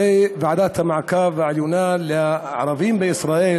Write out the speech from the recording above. הרי ועדת המעקב העליונה לערבים בישראל